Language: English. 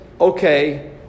Okay